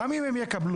גם אם הם יקבלו.